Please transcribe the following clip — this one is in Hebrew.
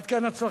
עד כאן הצלחה.